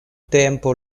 tempo